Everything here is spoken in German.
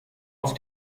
auf